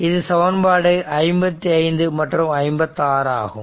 இது சமன்பாடு 55 மற்றும் 56 ஆகும்